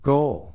Goal